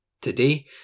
Today